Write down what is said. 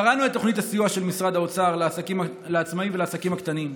קראנו את תוכנית הסיוע של משרד האוצר לעצמאים ולעסקים הקטנים.